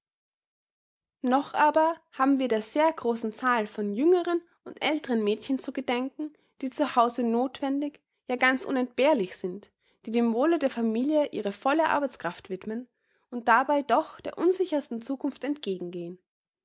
noch aber haben wir der sehr großen zahl von jüngeren und älteren mädchen zu gedenken die zu hause nothwendig ja ganz unentbehrlich sind die dem wohle der familie ihre volle arbeitskraft widmen und dabei doch der unsichersten zukunft entgegengehen